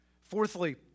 Fourthly